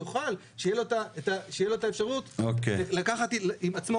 הוא יוכל שתהיה לו את האפשרות לקחת לעצמו